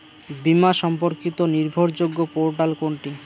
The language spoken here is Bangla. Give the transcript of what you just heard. বীমা সম্পর্কিত নির্ভরযোগ্য পোর্টাল কোনটি?